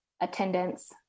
attendance